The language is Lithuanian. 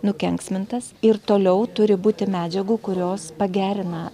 nukenksmintas ir toliau turi būti medžiagų kurios pagerina